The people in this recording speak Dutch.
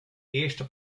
eerste